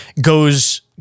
goes